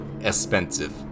expensive